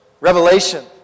Revelation